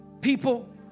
people